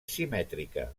simètrica